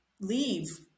leave